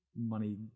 Money